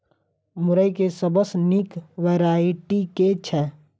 मुरई केँ सबसँ निक वैरायटी केँ छै?